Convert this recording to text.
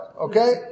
Okay